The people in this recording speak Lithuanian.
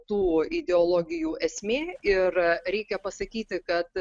tų ideologijų esmė ir reikia pasakyti kad